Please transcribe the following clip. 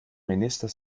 minister